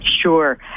Sure